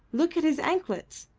look at his anklets!